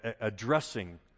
addressing